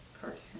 Cartoon